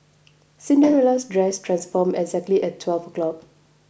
Cinderella's dress transformed exactly at twelve o'clock